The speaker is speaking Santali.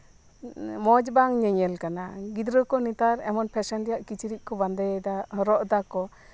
ᱢᱚᱸᱡᱽ ᱵᱟᱝ ᱧᱮᱧᱮᱞ ᱠᱟᱱᱟ ᱜᱤᱫᱽᱨᱟᱹ ᱠᱚ ᱱᱮᱛᱟᱨ ᱮᱢᱚᱱ ᱯᱷᱮᱥᱚᱱ ᱨᱮᱱᱟᱜ ᱠᱤᱪᱨᱤᱡ ᱠᱚ ᱵᱟᱸᱫᱮᱭᱮᱫᱟ ᱦᱚᱨᱚᱜ ᱮᱫᱟ ᱠᱚ